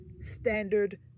standard